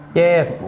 yeah,